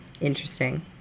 interesting